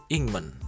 Ingman